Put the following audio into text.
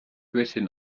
written